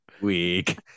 Weak